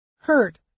Hurt